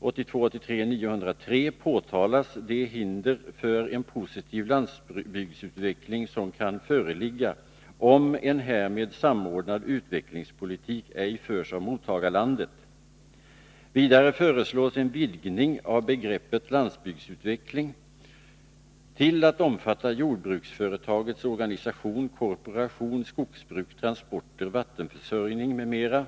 1982/83:903 påtalas det hinder för en positiv landsbygdsutveckling som kan föreligga om en härmed samordnad utvecklingspolitik ej förs av mottagarlandet. Vidare föreslås en vidgning av begreppet landsbygdsutveckling till att omfatta jordbruksföretagets organisation, kooperation, skogsbruk, transporter, vattenförsörjning m.m.